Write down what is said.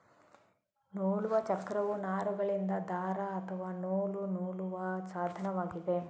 ನೂಲುವ ಚಕ್ರವು ನಾರುಗಳಿಂದ ದಾರ ಅಥವಾ ನೂಲು ನೂಲುವ ಸಾಧನವಾಗಿದೆ